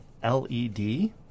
LED